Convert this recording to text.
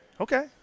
Okay